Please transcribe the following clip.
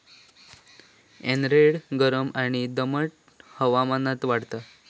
एरंड गरम आणि दमट हवामानात वाढता